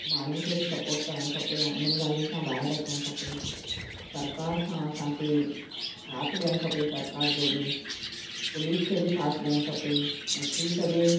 माण्हुनि खे बि सपोर्ट करणु खपे ऐं इन्हनि ॻाल्हियुनि खां ॿाहिरि अचणु खपे सरकार सां असांखे साथ ॾियणु खपे सरकार जो बि पुलिस खे बि साथ ॾियणु खपे ऐं थी सघे